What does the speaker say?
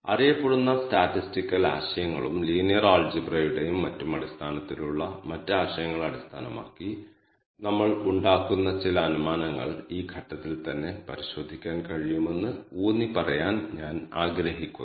ഇപ്പോൾ ഡാറ്റ ഫ്രെയിമിൽ K means clustering നടപ്പിലാക്കുന്നതിനുള്ള നമ്മളുടെ പ്രൈമറി ടാസ്ക് നോക്കാം